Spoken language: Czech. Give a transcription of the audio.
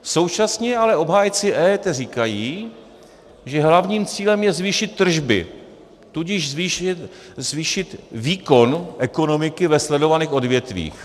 Současně ale obhájci EET říkají, že hlavním cílem je zvýšit tržby, tudíž zvýšit výkon ekonomiky ve sledovaných odvětvích.